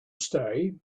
stay